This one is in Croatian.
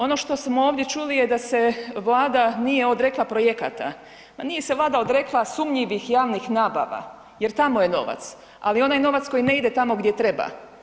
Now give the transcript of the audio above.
Ono što smo ovdje čuli je da se Vlada nije odrekla projekata, ma nije se Vlada odrekla sumnjivih javnih nabava jer tamo je novac, ali novac koji ne ide tamo gdje treba.